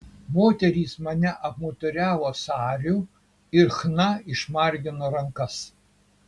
moterys mane apmuturiavo sariu ir chna išmargino rankas